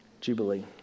Jubilee